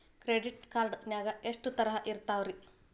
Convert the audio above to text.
Credit card ನಾಗ ಎಷ್ಟು ತರಹ ಇರ್ತಾವ್ರಿ?